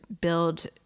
build